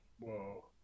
Whoa